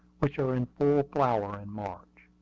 which are in full flower in march.